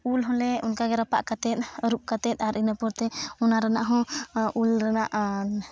ᱩᱞ ᱦᱚᱸᱞᱮ ᱚᱱᱠᱟ ᱜᱮ ᱨᱟᱯᱟᱜ ᱠᱟᱛᱮᱫ ᱟᱹᱨᱩᱵ ᱠᱟᱛᱮᱫ ᱤᱱᱟᱹ ᱯᱚᱨᱛᱮ ᱚᱱᱟ ᱨᱮᱱᱟᱜ ᱦᱚᱸ ᱩᱞ ᱨᱮᱱᱟᱜ